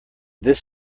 this